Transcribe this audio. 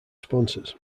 sponsors